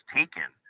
taken